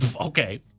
Okay